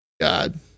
God